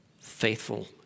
faithful